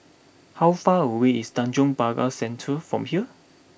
how far away is Tanjong Pagar Centre from here